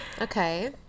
Okay